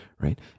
Right